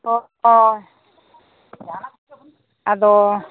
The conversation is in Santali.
ᱚ ᱟᱫᱚ